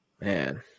Man